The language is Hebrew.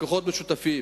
בכוחות משותפים,